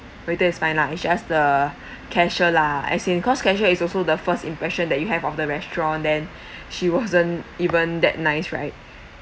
waiter is fine lah it's just the cashier lah as in cause cashier is also the first impression that you have of the restaurant then she wasn't even that nice right